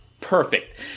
perfect